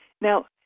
Now